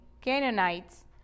Canaanites